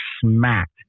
smacked